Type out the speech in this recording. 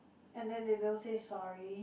and then they don't say sorry